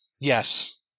Yes